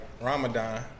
Ramadan